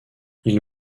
ils